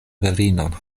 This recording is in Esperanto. virinon